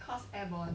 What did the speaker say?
because airborne